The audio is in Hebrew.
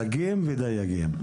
דגים ודייגים.